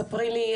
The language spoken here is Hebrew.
ספרי לי,